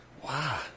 Wow